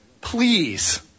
Please